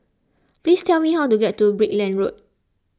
please tell me how to get to Brickland Road